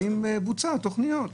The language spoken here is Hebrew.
האם בוצעו התכניות?